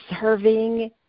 serving